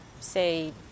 say